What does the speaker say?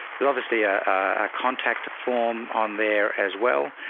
there's obviously a, a contact form on there as well.